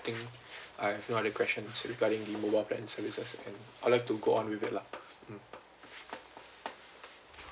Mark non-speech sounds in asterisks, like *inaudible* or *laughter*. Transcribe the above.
I think I've no other questions regarding the mobile plan services and I would like to go on with it lah *breath* mm